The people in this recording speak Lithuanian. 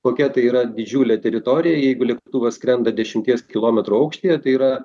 kokia tai yra didžiulė teritorija jeigu lėktuvas skrenda dešimties kilometrų aukštyje tai yra